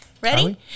Ready